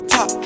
Top